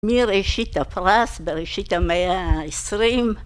מראשית הפרס, בראשית המאה ה-20.